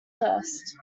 first